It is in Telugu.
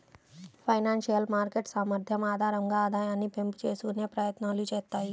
ఫైనాన్షియల్ మార్కెట్ సామర్థ్యం ఆధారంగా ఆదాయాన్ని పెంపు చేసుకునే ప్రయత్నాలు చేత్తాయి